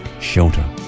shelter